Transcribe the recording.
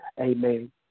amen